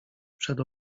przed